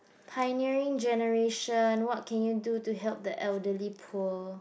pioneering generation what can you do to help the elderly poor